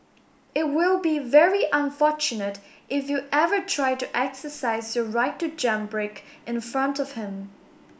it will be very unfortunate if you ever try to exercise your right to jam brake in front of him